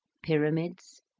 pyramids,